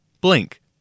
blink